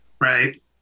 Right